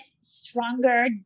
stronger